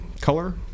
color